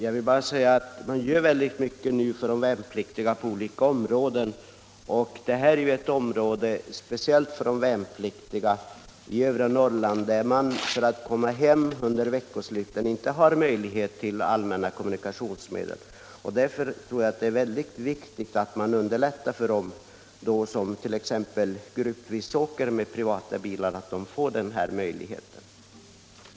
Herr talman! Man gör ju mycket för de värnpliktiga på alla områden, men i övre Norrland har de värnpliktiga t.ex. inte stor möjlighet att anlita allmänna kommunikationsmedel för att resa hem över veckosluten. Därför tror jag det är viktigt att bereda dem som t.ex. gruppvis åker hem med privata bilar möjlighet att ansluta dessa till motorvärmare vid de olika förbanden.